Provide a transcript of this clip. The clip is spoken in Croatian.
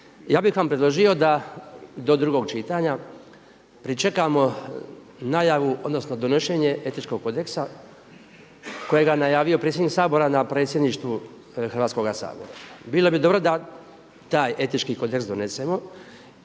Ja bih vam predložio da do drugog čitanja pričekamo najavu, odnosno donošenje etičkog kodeksa kojega je najavio predsjednik Sabora na predsjedništvu Hrvatskoga sabora. Bilo bi dobro da taj etički kodeks donesemo